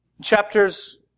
Chapters